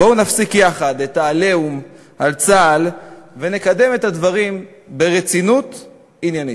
בואו נפסיק יחד את ה"עליהום" על צה"ל ונקדם את הדברים ברצינות עניינית.